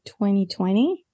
2020